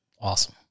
Awesome